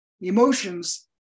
emotions